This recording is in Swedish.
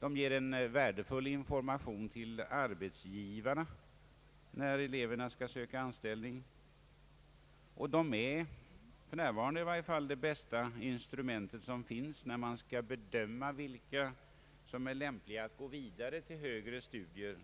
De ger en värdefull information till arbetsgivarna när eleverna skall söka anställning och de är — för närvarande i varje fall — det bästa instrument som finns när man skall bedöma vilka som är lämpliga att gå vidare till högre studier.